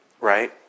right